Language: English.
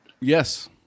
yes